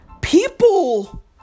People